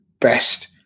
best